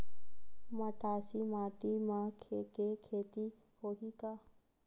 मटासी माटी म के खेती होही का?